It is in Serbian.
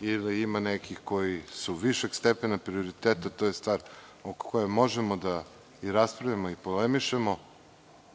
ili ima nekih koji su višeg stepena prioriteta, to je stvar o kojoj možemo da raspravljamo i polemišemo. Ja